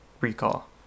recall